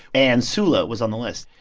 and sula was on the list,